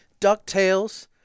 DuckTales